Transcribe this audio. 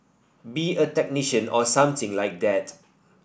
be a technician or something like that